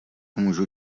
můžu